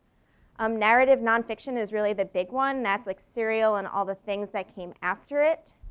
um narrative nonfiction is really the big one that's like cereal and all the things that came after it.